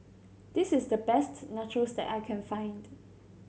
this is the best Nachos that I can find